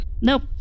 Nope